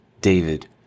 David